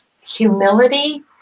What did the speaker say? humility